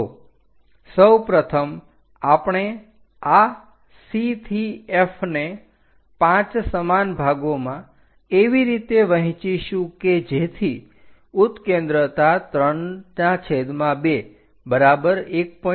તો સૌપ્રથમ આપણે આ C થી F ને 5 સમાન ભાગોમાં એવી રીતે વહેંચીશું કે જેથી ઉત્કેન્દ્રતા 32 બરાબર 1